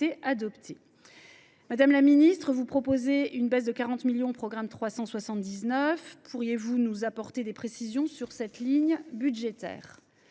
adopté. Madame la ministre, vous proposez de baisser de 40 millions d’euros les crédits du programme 379. Pourriez vous nous apporter des précisions sur cette ligne budgétaire ?